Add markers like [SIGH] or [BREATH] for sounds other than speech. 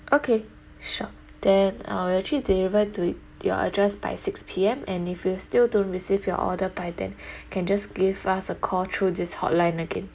okay sure then uh we actually deliver to your address by six P_M and if you still don't receive your order by then [BREATH] can just give us a call through this hotline again